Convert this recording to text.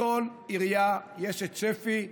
בכל עירייה יש שפ"י,